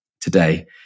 today